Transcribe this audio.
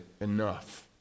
enough